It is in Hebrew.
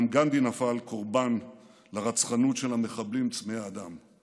גם גנדי נפל קורבן לרצחנות המחבלים צמאי הדם.